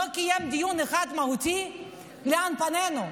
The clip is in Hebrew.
לא קיימה דיון אחד מהותי לאן פנינו,